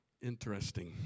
interesting